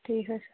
ٹھیٖک حظ چھُ